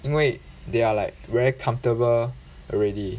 因为 they are like very comfortable already